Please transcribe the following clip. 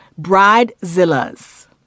Bridezilla's